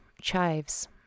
chives